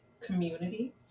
community